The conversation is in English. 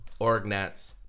Orgnats